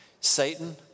Satan